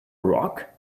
rock